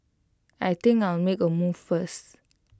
I think I'll make A move first